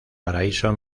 paraíso